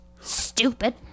stupid